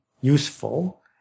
useful